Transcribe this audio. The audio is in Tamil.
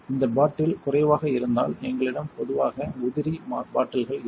இந்த பாட்டில் குறைவாக இருந்தால் எங்களிடம் பொதுவாக உதிரி பாட்டில்கள் இருக்கும்